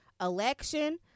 election